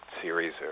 series